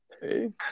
Hey